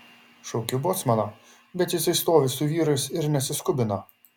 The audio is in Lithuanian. šaukiu bocmaną bet jisai stovi su vyrais ir nesiskubina